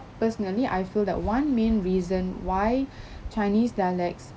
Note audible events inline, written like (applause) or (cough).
personally I feel that one main reason why (breath) chinese dialects